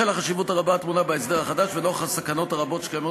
בשל החשיבות הרבה הטמונה בהסדר החדש ונוכח הסכנות הרבות שקיימות